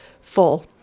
full